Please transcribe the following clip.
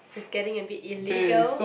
it's getting a bit illegal